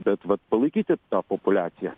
bet vat palaikyti tą populiaciją